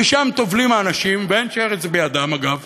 ושם טובלים האנשים, ואין שרץ בידם, אגב,